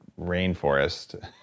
rainforest